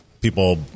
people